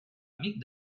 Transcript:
amic